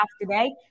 today